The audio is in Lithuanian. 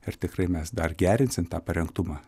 ir tikrai mes dar gerinsim tą parengtumą